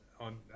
on